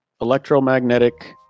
electromagnetic